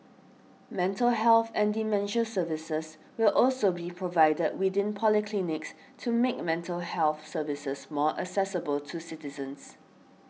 mental health and dementia services will also be provided within polyclinics to make mental health services more accessible to citizens